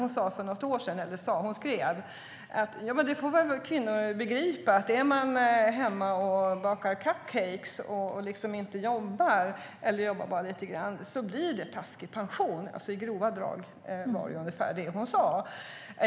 Hon skrev för något år sedan att kvinnor väl får begripa att det blir en taskig pension om man är hemma och bakar cup cakes och inte jobbar eller bara jobbar lite grann. Det var i grova drag ungefär vad hon sade.